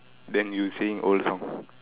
then you sing old song